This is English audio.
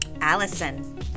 Allison